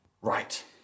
Right